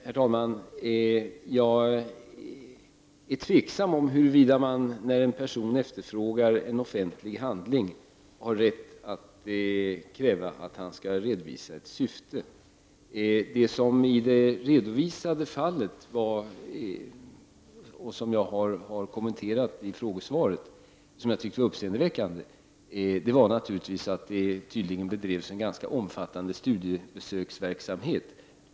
Herr talman! Jag är tveksam till huruvida man när en person efterfrågar en offentlig handling har rätt att kräva att han skall redovisa ett syfte. Det som var uppseendeväckande i det redovisade fallet och som jag har kommenterat i frågesvaret var naturligtvis att det tydligen bedrevs en ganska omfattande studiebesöksverksamhet.